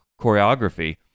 choreography